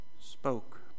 spoke